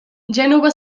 gènova